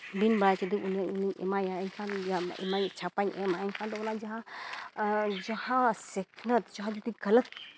ᱵᱤᱱ ᱵᱟᱲᱟᱭᱛᱮ ᱡᱩᱫᱤ ᱩᱱᱤ ᱤᱧᱤᱧ ᱮᱢᱟᱭᱟ ᱮᱱᱠᱷᱟᱱ ᱡᱟ ᱮᱢᱟᱹᱧ ᱪᱷᱟᱯᱟᱧ ᱮᱢᱟ ᱮᱱᱠᱷᱟᱱ ᱫᱚ ᱚᱱᱟ ᱡᱟᱦᱟᱸ ᱡᱟᱦᱟᱸ ᱥᱤᱠᱷᱱᱟᱹᱛ ᱡᱟᱦᱟᱸᱭ ᱡᱩᱫᱤ ᱜᱟᱞᱚᱛ